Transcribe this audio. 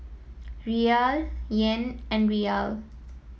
Riyal Yen and Riyal